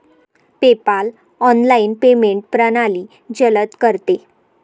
PayPal online payment प्रणाली जलद करते